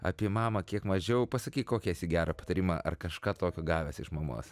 apie mamą kiek mažiau pasakyk kokį esi gerą patarimą ar kažką tokio gavęs iš mamos